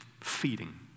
feeding